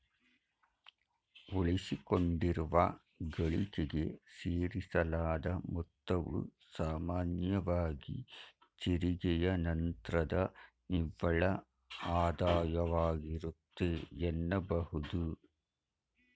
ಉಳಿಸಿಕೊಂಡಿರುವ ಗಳಿಕೆಗೆ ಸೇರಿಸಲಾದ ಮೊತ್ತವು ಸಾಮಾನ್ಯವಾಗಿ ತೆರಿಗೆಯ ನಂತ್ರದ ನಿವ್ವಳ ಆದಾಯವಾಗಿರುತ್ತೆ ಎನ್ನಬಹುದು